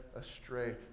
astray